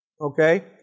Okay